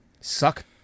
Suck